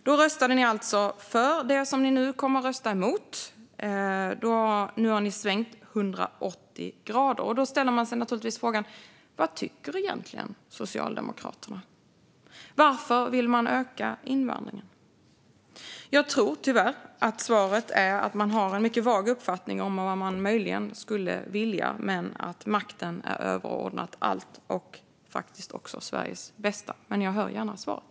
Då röstade ni alltså för det som ni nu kommer att rösta emot. Nu har ni svängt 180 grader. Då ställer man sig naturligtvis frågan: Vad tycker egentligen Socialdemokraterna? Varför vill ni öka invandringen? Jag tror tyvärr att svaret är att ni har en mycket vag uppfattning om vad ni möjligen skulle vilja, men att makten är överordnad allt - faktiskt också Sveriges bästa. Men jag hör gärna svaret.